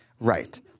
Right